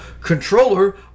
controller